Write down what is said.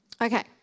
Okay